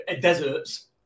deserts